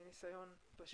מניסיון.